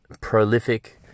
prolific